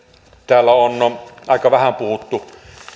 täällä on aika vähän puhuttu